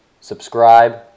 subscribe